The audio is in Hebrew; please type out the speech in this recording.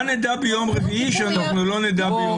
מה נדע ביום רביעי שאנחנו לא נדע ביום ראשון?